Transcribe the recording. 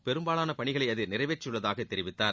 பெரும்பாலான பணிகளை அது நிறைவேற்றியுள்ளதாகத் தெரிவித்தார்